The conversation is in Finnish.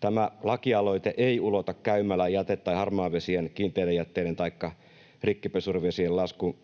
Tämä lakialoite ei ulota käymälä-, jäte- tai harmaavesien, kiinteiden jätteiden taikka rikkipesurivesien laskun